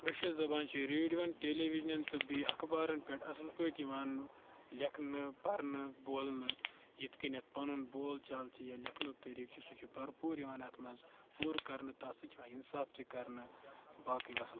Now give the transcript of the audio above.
کٲشِر زَبان چھِ ریڈوَن ٹیلے وِجنَن تہٕ بیٚیہِ اَخبارَن پٮ۪ٹھ اصٕل پٲٹھۍ یِوان لیٚکھنہٕ پَرنہٕ بولنہٕ یِتھ کٔنۍ پَنُن بول چال چھِ یا لیٚکھنُک طٔریٖقہٕ چھُ سُہ چھُ بھرپوٗر یِوان اَتھ منٛز پوٗرٕ کَرنہٕ تَتھ سۭتۍ چھِ یِوان اِنصاف تہِ کَرنہٕ باقٕے وَسَلم